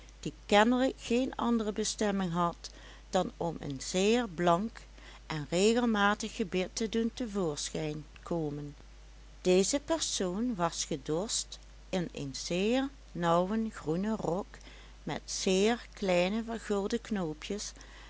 die kennelijk geen andere bestemming had dan om een zeer blank en regelmatig gebit te doen te voorschijn komen deze persoon was gedost in een zeer nauwen groenen rok met zeer kleine vergulde knoopjes